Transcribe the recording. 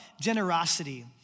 generosity